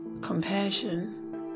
compassion